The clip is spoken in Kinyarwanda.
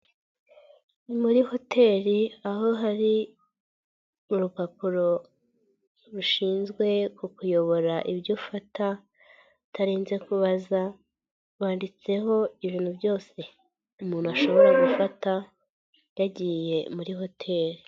Ni muri hoteli aho hari urupapuro rushinzwe kukuyobora ibyo ufata utarinze kubaza, rwanditseho ibintu byose umuntu ashobora gufata yagiye muri hoteli.